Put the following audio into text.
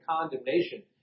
condemnation